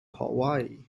hawaii